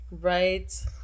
right